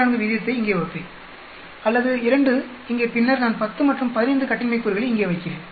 54 விகிதத்தை இங்கே வைப்பேன் அல்லது 2 இங்கே பின்னர் நான் 10 மற்றும் 15 கட்டின்மை கூறுகளை இங்கே வைக்கிறேன்